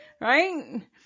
right